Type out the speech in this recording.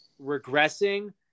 regressing